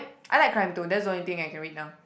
I like crime too that's the only thing I can read right now